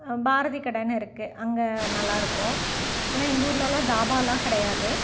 பாரதி கடைன்னு இருக்குது அங்கே நல்லா இருக்கும் ஆனால் எங்கள் ஊர்லெலாம் தாபாயெலாம் கிடையாது